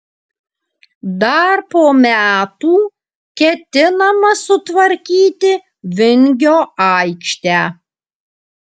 dar po metų ketinama sutvarkyti vingio aikštę